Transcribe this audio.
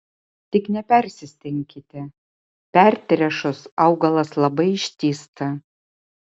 tik nepersistenkite pertręšus augalas labai ištįsta